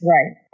Right